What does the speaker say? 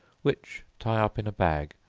which tie up in a bag,